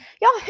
Y'all